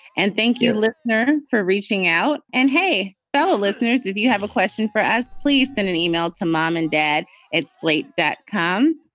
and thank you, listener, for reaching out. and hey, fellow listeners, if you have a question for us, please send an e-mail to mom and dad at slate that com.